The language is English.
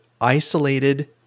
isolated